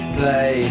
play